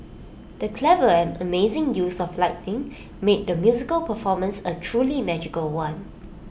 the clever and amazing use of lighting made the musical performance A truly magical one